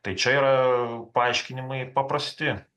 tai čia yra paaiškinimai paprasti